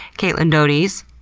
caitlyn doughty.